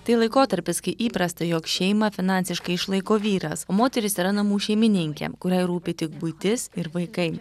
tai laikotarpis kai įprasta jog šeimą finansiškai išlaiko vyras moterys yra namų šeimininkė kuriai rūpi tik buitis ir vaikai